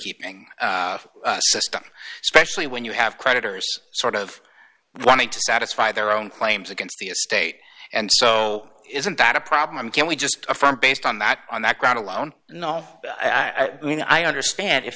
keeping system especially when you have creditors sort of wanting to satisfy their own claims against the estate and so isn't that a problem can we just from based on that on that ground alone no i mean i understand if